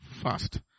fast